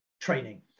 training